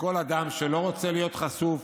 שכל אדם שלא רוצה להיות חשוף